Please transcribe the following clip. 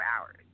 hours